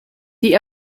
die